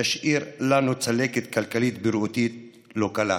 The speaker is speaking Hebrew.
שתשאיר לנו צלקת כלכלית-בריאותית לא קלה.